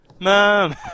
Mom